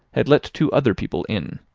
had let two other people in.